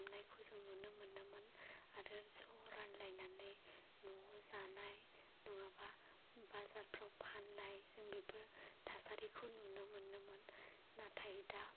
हमनायखौ जों नुनो मोनोमोन आरो ज' रानलायनानै नवाव जानाय नङाबा बाजारफ्राव फाननाय जों बेफोर थासारिखौ नुनो मोनोमोन नाथाय दा